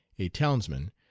a townsman,